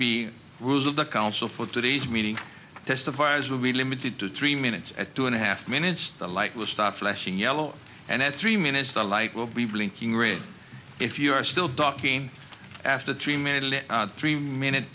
b rules of the council for today's meeting testifiers will be limited to three minutes at two and a half minutes the light will start flashing yellow and at three minutes the light will be blinking red if you are still talking after three minute